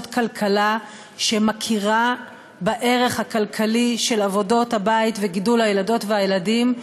כלכלה שמכירה בערך הכלכלי של עבודות הבית וגידול הילדות והילדים,